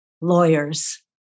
lawyers